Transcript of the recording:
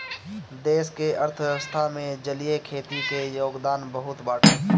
देश के अर्थव्यवस्था में जलीय खेती के योगदान बहुते बाटे